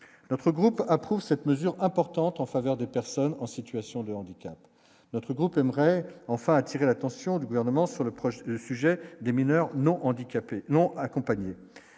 notre groupe approuve cette. Mesures importantes en faveur des personnes en situation de handicap, notre groupe aimerait. Enfin, attirer l'attention du gouvernement sur le projet de sujet des mineurs non handicapées